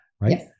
right